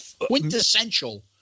quintessential